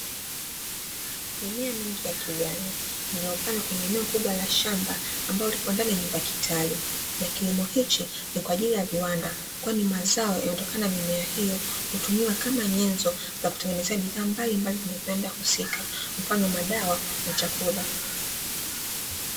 Mimea mingi ya kijani, iliyopandwa kwenye eneo kubwa la shamba ambalo liko ndani ya nyumba kitalu na kilimo hichi ni kwa ajili ya viwanda, kwani mazao yanayotokana na mimea hiyo hutumiwa kama nyenzo kwa kutengenezea bidhaa mbalimbali kwenye viwanda husika mfano madawa na chakula.